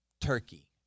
Turkey